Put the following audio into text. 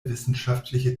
wissenschaftliche